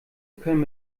können